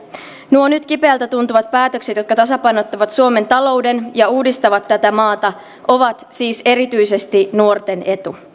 nuo nyt kipeältä tuntuvat päätökset jotka tasapainottavat suomen talouden ja uudistavat tätä maata ovat siis erityisesti nuorten etu hallitus on eilen kehysriihessään täydentänyt hallitusohjelman